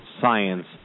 science